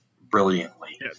brilliantly